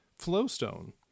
flowstone